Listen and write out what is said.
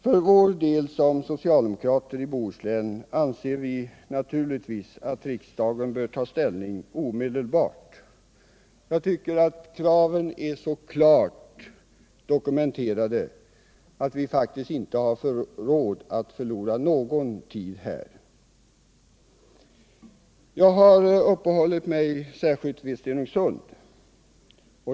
För vår del anser vi som socialdemokrater i Bohuslän naturligtvis att riksdagen bör ta ställning omedelbart. Jag tycker att kraven är så klart dokumenterade att vi faktiskt inte har råd att förlora någon tid här. Jag har uppehållit mig särskilt vid Stenungsund.